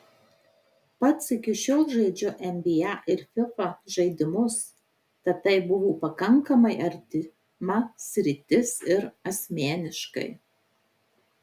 pats iki šiol žaidžiu nba ir fifa žaidimus tad tai buvo pakankamai artima sritis ir asmeniškai